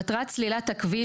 מטרת סלילת הכביש,